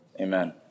Amen